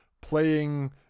playing